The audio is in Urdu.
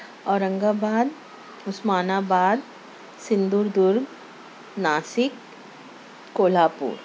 اورنگ آباد عثمان آباد سِندردر ناسِک کولہا پور